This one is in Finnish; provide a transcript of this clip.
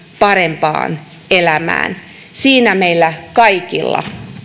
parempaan elämään siinä meillä kaikilla